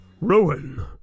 ruin